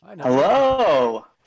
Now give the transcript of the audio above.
Hello